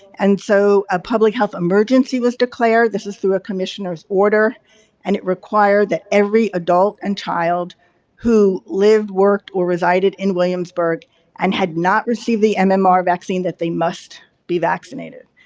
and so, ah public health emergency was declared, this is through a commissioner's order and it required that every adult and child who lived, worked, or resided in williamsburg and had not received the mmr vaccine that they must be vaccinated.